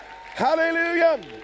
hallelujah